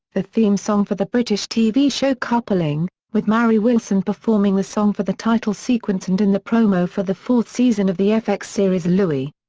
the theme song for the british tv show coupling, with mari wilson performing the song for the title sequence and in the promo for the fourth season of the fx series louie.